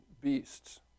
beasts